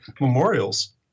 memorials